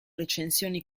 recensioni